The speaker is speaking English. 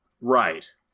Right